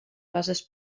bases